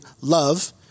Love